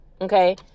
okay